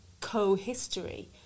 co-history